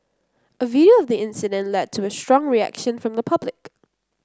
a video of the incident led to a strong reaction from the public